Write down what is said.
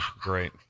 great